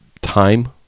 time